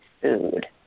food